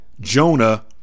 Jonah